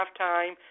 halftime